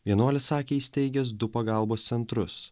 vienuolis sakė įsteigęs du pagalbos centrus